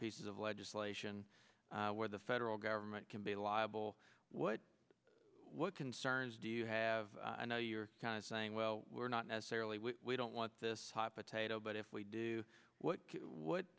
pieces of legislation where the federal government can be liable what what concerns do you have i know you're kind of saying well we're not necessarily we don't want this hot potato but if we do what what